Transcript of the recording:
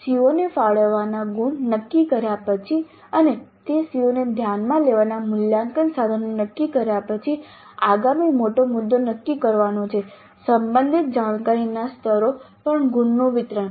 CO ને ફાળવવાના ગુણ નક્કી કર્યા પછી અને તે CO ને ધ્યાનમાં લેવાના મૂલ્યાંકન સાધનો નક્કી કર્યા પછી આગામી મોટો મુદ્દો નક્કી કરવાનો છે સંબંધિત જાણકારીના સ્તરો પર ગુણનું વિતરણ